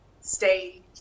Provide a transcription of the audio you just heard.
stay